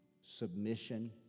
submission